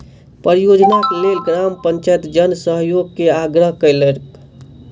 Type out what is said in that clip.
परियोजनाक लेल ग्राम पंचायत जन सहयोग के आग्रह केलकै